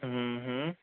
હા હા